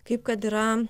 kaip kad yra